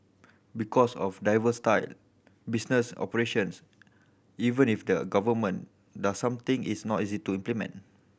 because of diversified business operations even if the Government does something it's not easy to implement